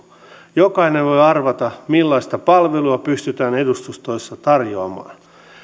jokainen voi arvata millaista palvelua pystytään edustustoissa tarjoamaan